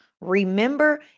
Remember